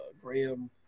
Graham